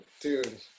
Dude